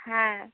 ᱦᱮᱸ